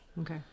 Okay